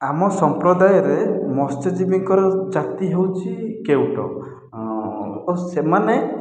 ଆମ ସମ୍ପ୍ରଦାୟରେ ମତ୍ସ୍ୟଜୀବୀଙ୍କର ଜାତି ହଉଛି କେଉଟ ଓ ସେମାନେ